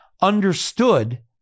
understood